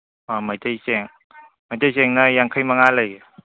ꯑ ꯃꯩꯇꯩ ꯆꯦꯡ ꯃꯩꯇꯩ ꯆꯦꯡꯅ ꯌꯥꯡꯈꯩ ꯃꯉꯥ ꯂꯩꯌꯦ